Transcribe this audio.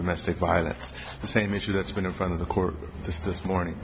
domestic violence the same issue that's been in front of the court just this morning